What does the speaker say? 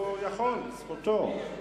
הוא יכול, זכותו.